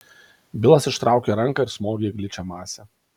bilas ištraukė ranką ir smogė į gličią masę